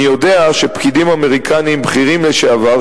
אני יודע שפקידים אמריקנים בכירים לשעבר,